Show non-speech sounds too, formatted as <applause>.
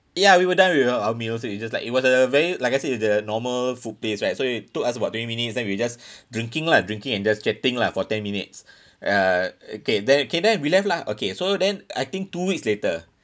ya we were done with o~ our meals so it's just like it was a vey like I said it's the normal food place right so it took us about twenty minutes then we just <breath> drinking lah drinking and just chatting lah for ten minutes <breath> ya okay then okay then we left lah okay so then I think two weeks later